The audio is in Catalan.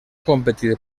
competir